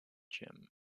gym